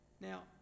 Now